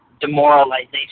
demoralization